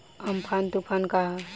Amphan तुफान का ह?